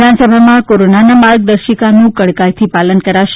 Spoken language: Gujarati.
વિધાનસભામાં કોરોનાના માર્ગદર્શિકાનું કડકાઈથી પાલન કરાશે